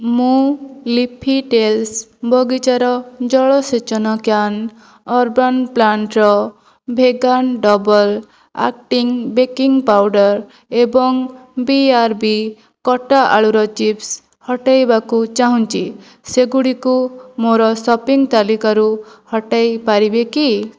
ମୁଁ leafy tails ବଗିଚାରେ ଜଳସେଚନ can urban planner vegan double acting baking powder ଏବଂ ବି ଆର୍ ବି କଟା ଆଳୁର ଚିପ୍ସ ହଟାଇବାକୁ ଚାହୁଁଛି ସେଗୁଡ଼ିକୁ ମୋର ସପିଂ ତାଲିକାରୁ ହଟାଇ ପାରିବେ କି